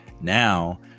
Now